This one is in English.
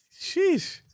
Sheesh